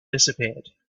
disappeared